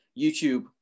YouTube